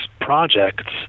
projects